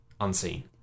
unseen